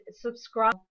subscribe